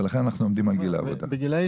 לכן אנו עומדים על גיל העבודה כולו,